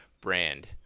brand